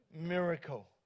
miracle